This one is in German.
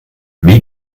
wie